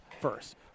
first